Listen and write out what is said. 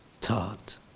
taught